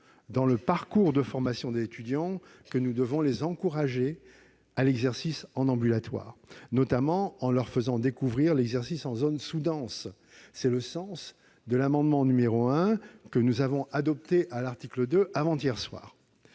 lors du parcours de formation des étudiants, que nous devons encourager ceux-ci à l'exercice en ambulatoire, notamment en leur faisant découvrir l'exercice en zone sous-dense. Tel est le sens de l'amendement n° 1 rectifié , que nous avons adopté avant-hier soir